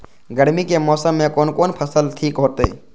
गर्मी के मौसम में कोन कोन फसल ठीक होते?